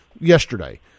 yesterday